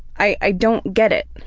i i don't get it.